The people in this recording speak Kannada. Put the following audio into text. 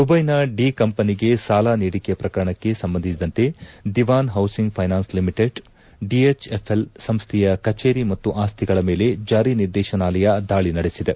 ದುವೈನ ಡಿ ಕಂಪನಿಗೆ ಸಾಲ ನೀಡಿಕೆ ಪ್ರಕರಣಕ್ಕೆ ಸಂಬಂಧಿಸಿದಂತೆ Dewan housing finance limited DHFL ಸಂಸ್ಥೆಯ ಕಚೇರಿ ಮತ್ತು ಆಸ್ತಿಗಳ ಮೇಲೆ ಜಾರಿ ನಿರ್ದೇಶನಾಲಯ ದಾಳಿ ನಡೆಸಿದೆ